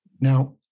Now